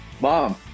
mom